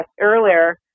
earlier